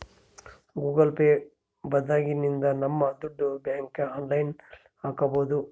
Google Pay ಬಂದಾಗಿನಿಂದ ನಮ್ ದುಡ್ಡು ಬ್ಯಾಂಕ್ಗೆ ಆನ್ಲೈನ್ ಅಲ್ಲಿ ಹಾಕ್ಬೋದು